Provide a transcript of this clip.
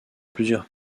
plusieurs